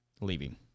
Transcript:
leaving